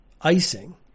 icing